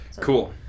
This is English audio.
Cool